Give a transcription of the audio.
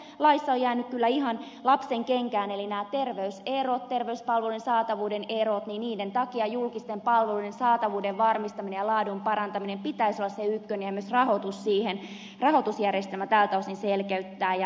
se tässä laissa on jäänyt kyllä ihan lapsenkenkiin eli näiden terveyspalvelujen saatavuuden erojen takia julkisten palveluiden saatavuuden varmistamisen ja laadun parantamisen pitäisi olla se ykkönen ja myös rahoitus siihen rahoitusjärjestelmä tältä osin pitää selkeyttää ja saada kuntoon